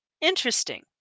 interesting